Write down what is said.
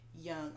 young